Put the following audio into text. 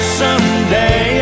someday